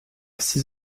six